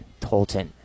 Tolton